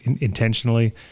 intentionally